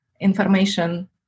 information